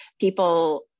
people